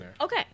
Okay